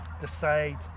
decide